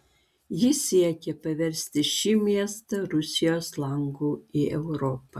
jis siekė paversti šį miestą rusijos langu į europą